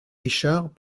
richard